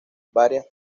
varias